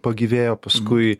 pagyvėjo paskui